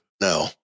no